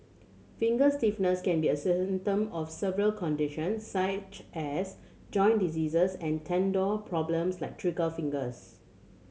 finger stiffness can be a symptom of several conditions such as joint diseases and tendon problems like trigger fingers